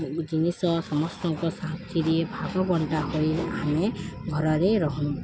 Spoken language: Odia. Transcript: ଜିନିଷ ସମସ୍ତଙ୍କ ସାଥିରେ ଭାଗ ବଣ୍ଟା ହୋଇ ଆମେ ଘରରେ ରୁହୁ